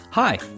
Hi